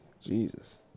Jesus